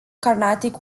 carnatic